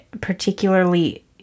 particularly